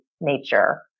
nature